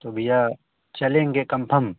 तो भैया चलेंगे कमफम